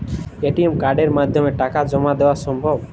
ATM কার্ডের মাধ্যমে টাকা জমা দেওয়া সম্ভব?